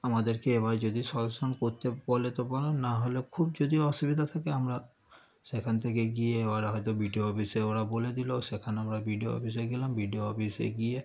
আমাদেরকে এবার যদি সলিউশন করতে বলে তো ভালো নাহলে খুব যদি অসুবিধা থাকে আমরা সেখান থেকে গিয়ে ওরা হয়তো বি ডি ও অফিসে ওরা বলে দিল সেখানে আমরা বি ডি ও অফিসে গেলাম বি ডি ও অফিসে গিয়ে